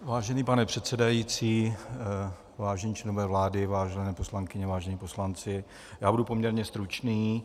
Vážený pane předsedající, vážení členové vlády, vážené poslankyně, vážení poslanci, budu poměrně stručný.